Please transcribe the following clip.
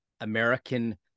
American